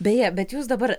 beje bet jūs dabar